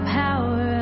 power